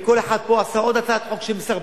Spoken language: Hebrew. וכל אחד פה עשה עוד הצעת חוק שמסרבלת.